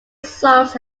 songs